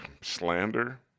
slander